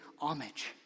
homage